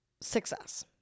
success